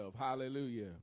Hallelujah